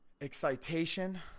excitation